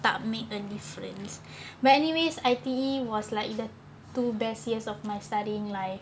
tak made a difference many ways I_T_E was like the two best years of my studying life